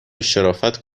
شرافت